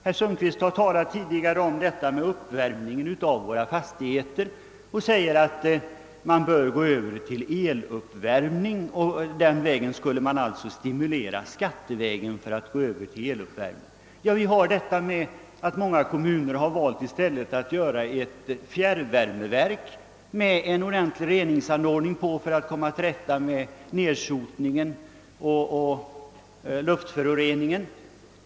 Herr Sundkvist talade tidigare om uppvärmningen av fastigheter och menade att man bör övergå till eluppvärmning, vilket också skulle stimuleras skattevägen. I många kommuner har man emellertid i stället valt att anlägga ett fjärrvärmeverk med en ordentlig reningsanordning för = att komma till rätta med nedsotning och luftföroreningar.